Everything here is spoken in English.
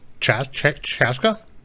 Chaska